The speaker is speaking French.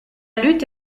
lutte